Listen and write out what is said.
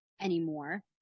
anymore